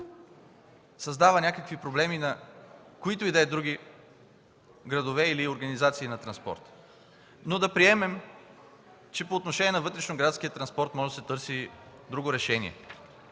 създава някакви проблеми на които и да е други градове или организации на транспорта, но да приемем, че по отношение на вътрешноградския транспорт може да се търси друго решение.